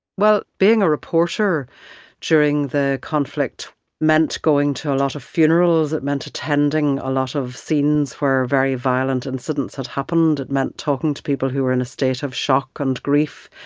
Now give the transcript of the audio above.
well, being a reporter during the conflict meant going to a a lot of funerals. it meant attending a lot of scenes for very violent incidents that happened. it meant talking to people who were in a state of shock and grief.